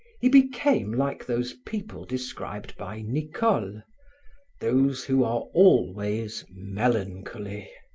he became like those people described by nicole those who are always melancholy.